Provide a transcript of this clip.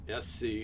SC